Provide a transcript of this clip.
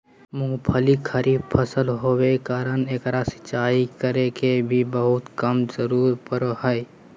मूंगफली खरीफ फसल होबे कारण एकरा सिंचाई करे के भी बहुत कम जरूरत पड़ो हइ